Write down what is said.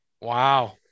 wow